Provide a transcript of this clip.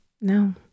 no